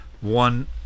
one